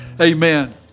Amen